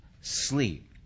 sleep